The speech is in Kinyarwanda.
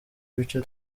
ibice